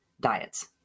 diets